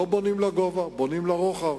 לא בונים לגובה, בונים לרוחב,